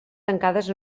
tancades